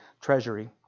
treasury